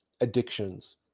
addictions